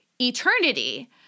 eternity